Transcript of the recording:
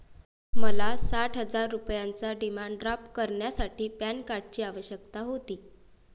मला साठ हजार रुपयांचा डिमांड ड्राफ्ट करण्यासाठी पॅन कार्डची आवश्यकता होती